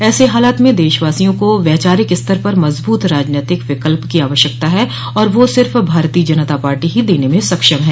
ऐसे हालात में देशवासियों को वैचारिक स्तर पर मजबूत राजनैतिक विकल्प की आवश्यकता है और वह सिर्फ़ भारतीय जनता पार्टी ही देने में सक्षम है